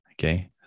okay